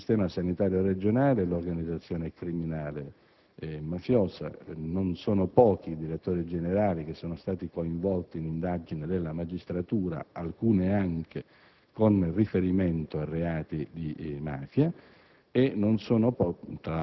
tra il sistema sanitario regionale e l'organizzazione criminale mafiosa. Non sono pochi i direttori generali che sono stati coinvolti in indagini della magistratura, alcune anche con riferimento a reati di mafia